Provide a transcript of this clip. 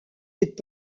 est